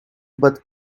but